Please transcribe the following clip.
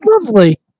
Lovely